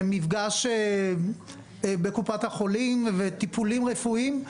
למפגש בקופת החולים וטיפולים רפואיים,